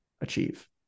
achieve